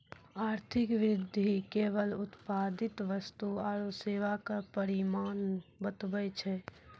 आर्थिक वृद्धि केवल उत्पादित वस्तु आरू सेवा के परिमाण बतबै छै